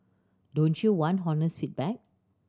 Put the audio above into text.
don't you want honest feedback